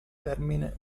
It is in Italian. termine